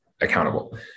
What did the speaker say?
accountable